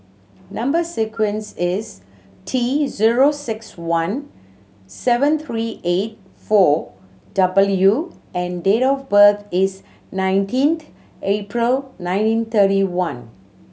number sequence is T zero six one seven three eight four W and date of birth is nineteen April nineteen thirty one